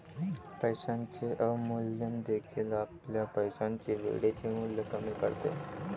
पैशाचे अवमूल्यन देखील आपल्या पैशाचे वेळेचे मूल्य कमी करते